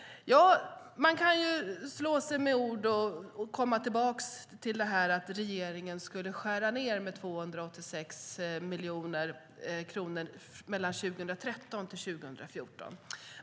Man kan köra med ord och komma tillbaka till detta att regeringen skulle skära ned med 286 miljoner kronor 2013-2014.